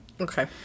okay